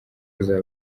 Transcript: kuzaba